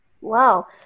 Wow